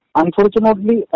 unfortunately